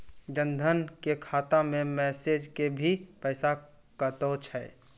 जन धन के खाता मैं मैसेज के भी पैसा कतो छ?